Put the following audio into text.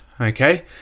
Okay